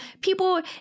people